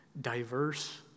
diverse